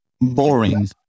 boring